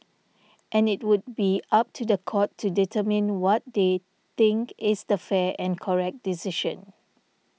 and it would be up to the court to determine what they think is the fair and correct decision